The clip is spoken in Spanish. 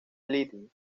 lightning